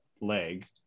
leg